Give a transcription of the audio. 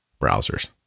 browsers